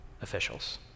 officials